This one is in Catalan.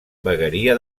vegueria